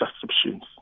subscriptions